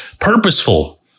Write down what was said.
purposeful